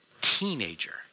teenager